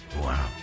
wow